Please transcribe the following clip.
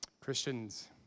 Christians